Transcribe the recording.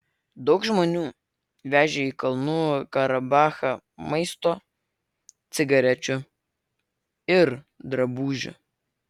daug žmonių vežė į kalnų karabachą maisto cigarečių ir drabužių